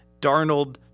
Darnold